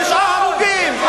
תשעה הרוגים.